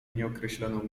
nieokreśloną